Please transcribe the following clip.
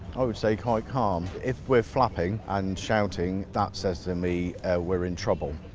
i would say quite calm. if we're flapping and shouting, that says to me we're in trouble.